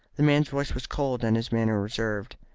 the man's voice was cold, and his manner reserved.